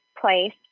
place